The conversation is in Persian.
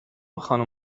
خانوم